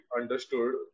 understood